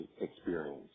experience